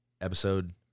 Episode